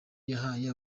yahaye